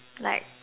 like